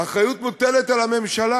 האחריות מוטלת על הממשלה.